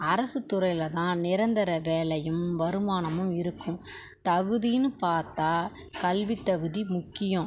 அரசுத் துறையில் தான் நிரந்தர வேலையும் வருமானமும் இருக்கும் தகுதின்னு பார்த்தா கல்வித் தகுதி முக்கியம்